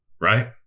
right